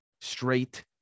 straight